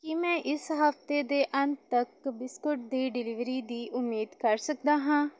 ਕੀ ਮੈਂ ਇਸ ਹਫ਼ਤੇ ਦੇ ਅੰਤ ਤੱਕ ਬਿਸਕੁਟ ਦੀ ਡਿਲੀਵਰੀ ਦੀ ਉਮੀਦ ਕਰ ਸਕਦਾ ਹਾਂ